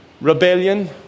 Rebellion